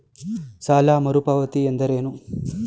ಸಾಲ ಮರುಪಾವತಿ ಎಂದರೇನು?